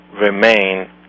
remain